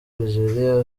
algeria